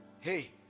Hey